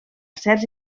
certs